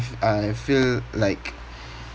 I feel like